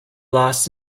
lost